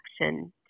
action